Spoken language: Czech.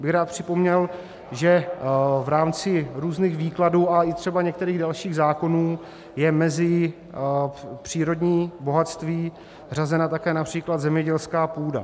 Já bych rád připomněl, že v rámci různých výkladů a i třeba některých dalších zákonů je mezi přírodní bohatství řazena také např. zemědělská půda.